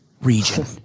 region